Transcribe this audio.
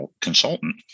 consultant